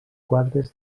quadres